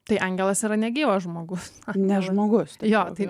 tai angelas yra negyvas žmogus ar ne žmogus jo taip